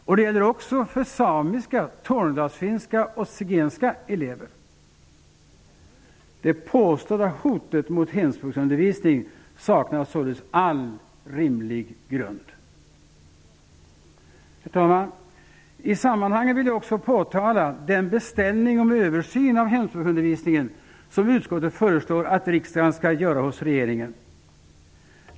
Och det gäller också för samiska, tornedalsfinska och zigenska elever. Det påstådda hotet mot hemspråksundervisningen saknar således all rimlig grund. I sammanhanget vill jag också påtala den beställning om översyn av hemspråksundervisningen som utskottet föreslår att riksdagen skall göra hos regeringen.